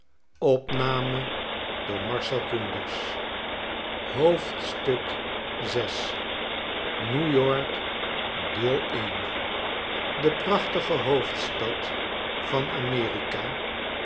new yobk de prachtige hoofdstad van amerika